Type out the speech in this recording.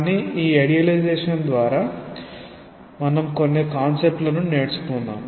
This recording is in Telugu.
కానీ ఈ ఐడియలైజేషన్ ద్వారా మనం కొన్ని కాన్సెప్ట్ లను నేర్చుకుందాం